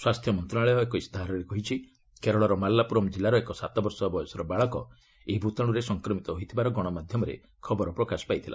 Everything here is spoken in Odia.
ସ୍ୱାସ୍ଥ୍ୟ ମନ୍ତ୍ରଣାଳୟ ଏକ ଇସ୍ତାହାରରେ କହିଛି କେରଳର ମାଲାପୁରମ୍ କିଲ୍ଲାର ଏକ ସାତ ବର୍ଷ ବୟସର ବାଳକ ଏହି ଭୂତାଣୁରେ ସଂକ୍ରମିତ ହୋଇଥିବାର ଗଣମାଧ୍ୟମରେ ଖବର ପ୍ରକାଶ ପାଇଛି